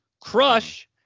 crush